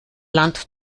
land